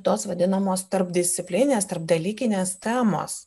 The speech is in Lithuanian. tos vadinamos tarpdisciplininės tarpdalykinės temos